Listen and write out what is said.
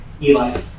Eli